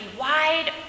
wide